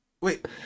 wait